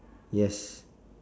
yes